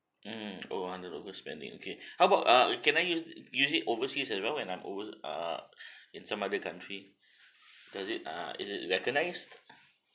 mm spending okay how about uh can I use use it overseas you know when I'm over err in some other country does it ah is it recognise